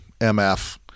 MF